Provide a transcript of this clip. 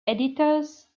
editors